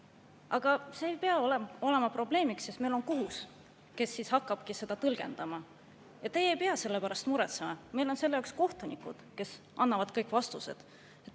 aga see ei pea olema probleem, sest meil on kohus, kes hakkab seda tõlgendama. Teie ei pea selle pärast muretsema. Meil on selle jaoks kohtunikud, kes annavad kõik vastused."